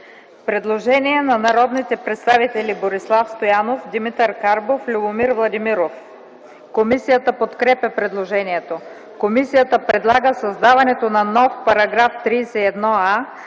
Предложение на народните представители Борислав Стоянов, Димитър Карбов, Любомир Владимиров. Комисията подкрепя предложението. Комисията подкрепя по принцип